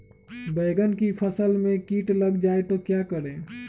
बैंगन की फसल में कीट लग जाए तो क्या करें?